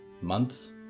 months